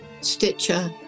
Stitcher